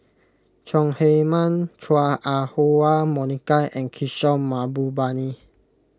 Chong Heman Chua Ah Huwa Monica and Kishore Mahbubani